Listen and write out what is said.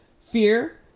fear